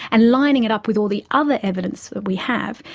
and lining it up with all the other evidence that we have,